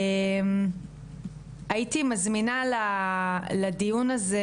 הייתי מזמינה לדיון הזה,